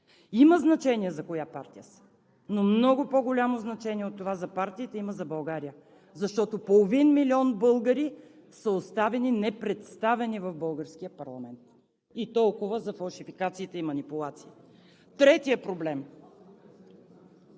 Има значение за коя партия са, но много по-голямо значение от това за партиите има за България, защото половин милион българи са оставени непредставени в българския парламент. Толкова за фалшификациите и манипулациите. Третият проблем